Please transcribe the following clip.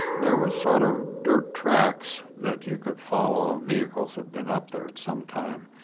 there were sort of dirt tracks that you could follow. vehicles had been up there at some time,